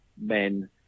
Men